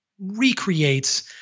recreates